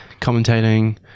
commentating